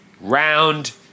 Round